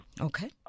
Okay